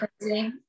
crazy